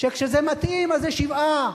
שכשזה מתאים אז זה שבעה,